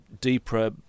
deeper